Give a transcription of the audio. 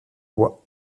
bois